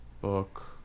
book